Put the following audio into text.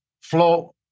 Flow